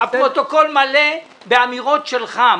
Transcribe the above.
הפרוטוקול מלא באמירות שלך,